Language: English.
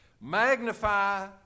magnify